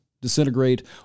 disintegrate